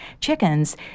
chickens